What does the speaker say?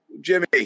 Jimmy